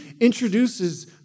introduces